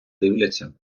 дивляться